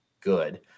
good